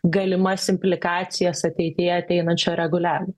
galimas implikacijas ateityje ateinančio reguliavimo